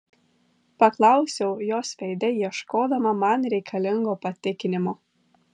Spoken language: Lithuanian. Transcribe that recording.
paklausiau jos veide ieškodama man reikalingo patikinimo